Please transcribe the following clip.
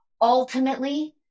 Ultimately